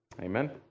Amen